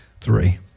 three